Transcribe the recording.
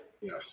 Yes